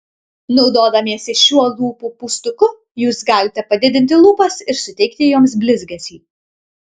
naudodamiesi šiuo lūpų pūstuku jūs galite padidinti lūpas ir suteikti joms blizgesį